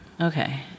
Okay